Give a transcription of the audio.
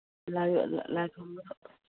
ꯂꯥꯏ ꯈꯨꯔꯝꯕ ꯈꯛꯇ